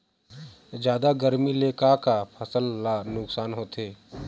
जादा गरमी ले का का फसल ला नुकसान होथे?